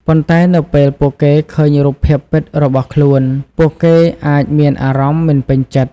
ប៉ុន្តែនៅពេលពួកគេឃើញរូបភាពពិតរបស់ខ្លួន ពួកគេអាចមានអារម្មណ៍មិនពេញចិត្ត។